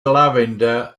lavender